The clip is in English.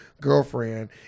girlfriend